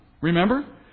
remember